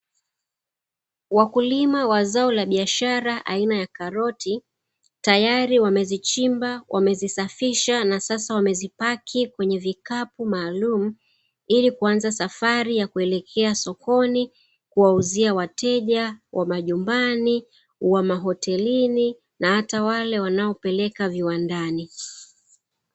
Wakulima wa zao la biashara aina ya karoti tayari wamezichimba, wamezisafisha na sasa wamezipaki kwenye vikapu maalumu ili kuanza safari ya kuelekea sokoni kuwauzia wateja wa majumbani, wa mahotelini na hata wale wanaopeleka viwandani.